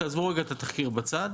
תעזבו רגע את התחקיר בצד,